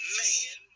man